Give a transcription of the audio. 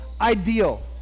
ideal